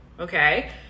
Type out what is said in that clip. Okay